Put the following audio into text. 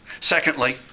Secondly